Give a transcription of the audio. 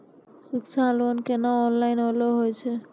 शिक्षा लोन केना online apply होय छै?